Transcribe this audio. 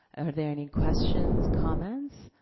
are there any questions, comments?